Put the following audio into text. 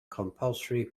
compulsory